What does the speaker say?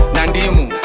Nandimu